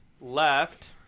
left